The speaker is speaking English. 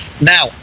Now